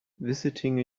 visiting